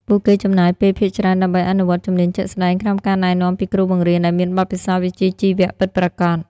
ពួកគេចំណាយពេលភាគច្រើនដើម្បីអនុវត្តជំនាញជាក់ស្តែង ក្រោមការណែនាំពីគ្រូបង្រៀនដែលមានបទពិសោធន៍វិជ្ជាជីវៈពិតប្រាកដ។